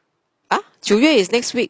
!huh! 五九 is next week